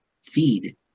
feed